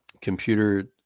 computer